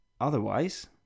otherwise